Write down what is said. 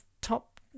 top